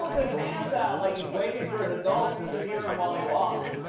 his hands out like he's waiting for an adult to steer him while he walks.